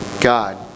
God